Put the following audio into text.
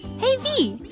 hey vee,